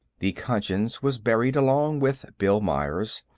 the conscience was buried along with bill myers,